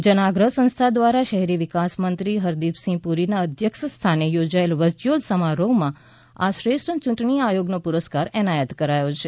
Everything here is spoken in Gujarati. જનાગ્રહ સંસ્થા દ્વારા શહેરી વિકાસમંત્રી હરદીપસિંહ પુરીના અધ્યક્ષસ્થાને યોજાયેલા વર્ચ્યુઅલ સમારોહમાં આ શ્રેષ્ઠ યૂંટણી આયોગનો પુરસ્કાર એનાયત કરાયો છે